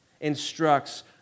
instructs